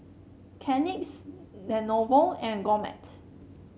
Kleenex Lenovo and Gourmet